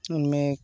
मैं